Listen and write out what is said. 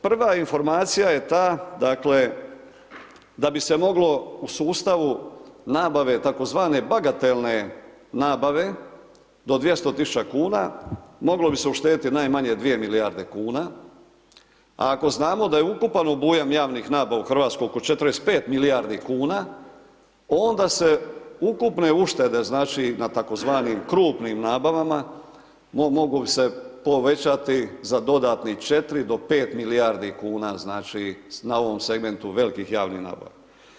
Prva informacija je ta, da bi se moglo u sustavu nabave, tzv. bagatelne nabave do 200 tisuća kuna, moglo bi se uštediti najmanje 2 milijarde kuna, a ako znamo da je ukupan obujam javne nabave u Hrvatskoj oko 45 milijardi kuna, onda se ukupne uštede, znači na tzv. krupnim nabavama, mogu se povećati za dodatnih 4 do 5 milijardi kuna, znači na ovom segmentu velikih javni nabavi.